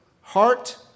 heart